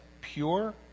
pure